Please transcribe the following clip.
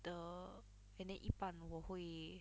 the and then 一半我会